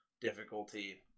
difficulty